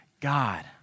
God